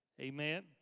Amen